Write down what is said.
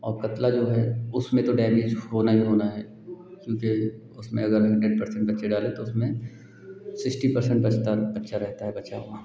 और कतला जो है उसमें तो डैमेज़ होना ही होना है क्योंकि उसमें अगर हम हन्ड्रेड परसेन्ट बच्चे डालें तो उसमें सिक्सटी परसेन्ट बचता बच्चा रहता है बचा हुआ